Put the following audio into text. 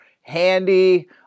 handy